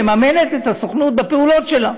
מממנת את הסוכנות בפעולות שלה,